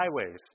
highways